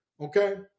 okay